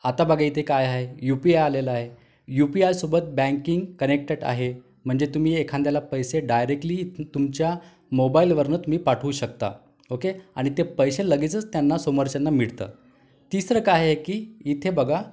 आता बघा इथे काय आहे यु पी आ आलेलं आहे यु पी आयसोबत बँकिंग कनेक्टेड आहे म्हणजे तुम्ही एखादयाला पैसे डायरेक्ट्लि तुमच्या मोबाइलवरून तुम्ही पाठवू शकता ओ के आणि ते पैसे लगेचच त्यांना समोरच्यांना मिळतं तिसरं काये की इथे बघा